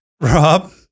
Rob